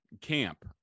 camp